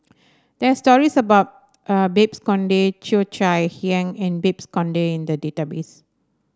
there are stories about uh Babes Conde Cheo Chai Hiang and Babes Conde in the database